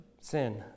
sin